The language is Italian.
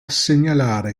segnalare